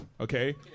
okay